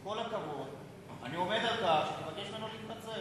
עם כל הכבוד, אני עומד על כך ומבקש ממנו להתנצל.